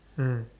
mm